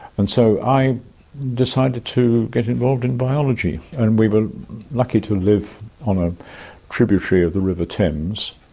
and so i decided to get involved in biology. and we were lucky to live on a tributary of the river thames,